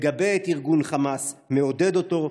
מגבה את ארגון חמאס, מעודד אותו.